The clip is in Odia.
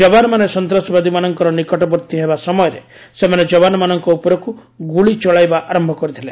ଜବାନମାନେ ସନ୍ତାସବାଦୀମାନଙ୍କର ନିକଟବର୍ତ୍ତୀ ହେବା ସମୟରେ ସେମାନେ ଜବାନମାନଙ୍କ ଉପରକୁ ଗୁଳି ଚଳାଇବା ଆରମ୍ଭ କରିଥିଲେ